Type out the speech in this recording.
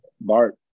Bart